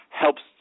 helps